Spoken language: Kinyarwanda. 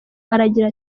aragira